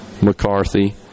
McCarthy